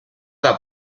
del